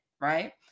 Right